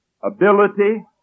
ability